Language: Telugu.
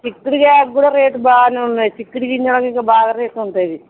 చిక్కుడుగాయకు కూడా రేటు బాగా ఉన్నాయి చిక్కుడి గింజలు ఇంకా బాగా రేటు ఉంటుంది